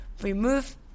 Remove